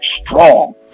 strong